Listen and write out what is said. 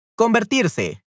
convertirse